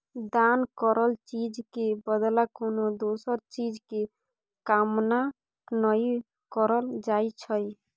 दान करल चीज के बदला कोनो दोसर चीज के कामना नइ करल जाइ छइ